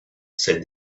said